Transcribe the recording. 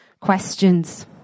questions